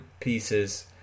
pieces